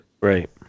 Right